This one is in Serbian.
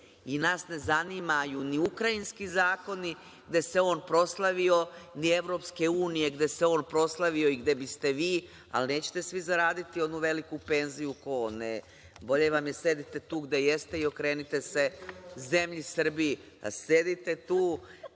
i nas ne zanimaju ni Ukrajinski zakoni, gde se on proslavio, ni EU gde se on proslavio i gde bi ste vi, ali nećete svi zaraditi onu veliku penziju. Bolje vam je da sedite tu gde jeste i okrenite se zemlji Srbiji. Sedite tu